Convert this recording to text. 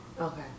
Okay